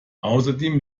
außerdem